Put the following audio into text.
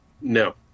No